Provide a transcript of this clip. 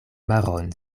maron